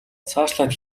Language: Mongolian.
цаашлаад